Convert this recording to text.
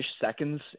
seconds